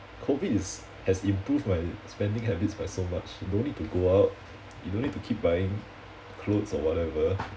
COVID is has improved my spending habits by so much you no need to go out you no need to keep buying clothes or whatever